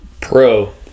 Pro